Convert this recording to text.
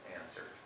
answer